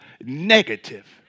negative